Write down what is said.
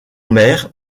maire